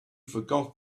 forgot